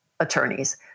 attorneys